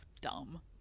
Dumb